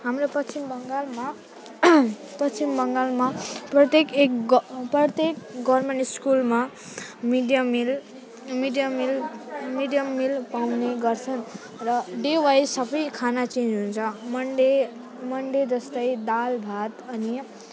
हाम्रो पश्चिम बङ्गालमा पश्चिम बङ्गालमा प्रत्येक एक ग प्रत्येक गभर्नमेन्ट स्कुलमा midday meal midday meal midday meal पाउने गर्छन् र डे वाइज सधैँ खाना चेन्ज हुन्छ मनडे मनडे जस्तै दाल भात अनि